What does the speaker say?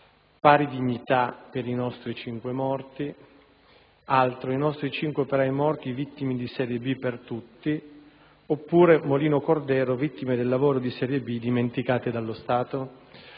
«Pari dignità per i nostri cinque morti», «I nostri cinque operai morti vittime di serie B per tutti», «Molino Cordero: vittime del lavoro di serie B, dimenticate dallo Stato?».